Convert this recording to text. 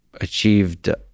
achieved